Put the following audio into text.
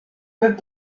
with